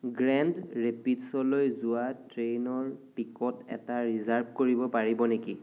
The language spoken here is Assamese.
গ্ৰেণ্ড ৰেপিডচলৈ যোৱা ট্ৰেইনৰ টিকট এটা ৰিজাৰ্ভ কৰিব পাৰিবা নেকি